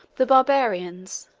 the barbarians,